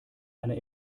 einer